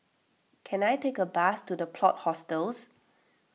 can I take a bus to the Plot Hostels